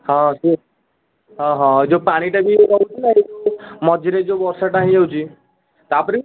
ହଁ ସେ ହଁ ହଁ ଯେଉଁ ପାଣିଟା ବି ମରିଚି ନା ଏଇ ଯେଉଁ ମଝିରେ ଯେଉଁ ବର୍ଷାଟା ହେଇ ଯାଉଚି ତା'ପରେ